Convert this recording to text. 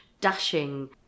dashing